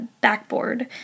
backboard